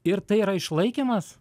ir tai yra išlaikymas